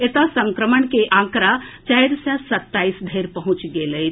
एतऽ संक्रमण कैँ आंकड़ा चारि सय सत्ताईस धरि पहुंचि गेल अछि